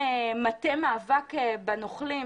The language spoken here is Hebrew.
עכשיו העורכת דין מטפלת בי.